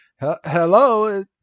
Hello